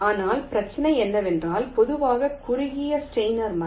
ஆனால் பிரச்சனை என்னவென்றால் பொதுவான குறுகிய ஸ்டெய்னர் மரம்